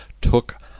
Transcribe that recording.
took